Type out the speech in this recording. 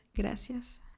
gracias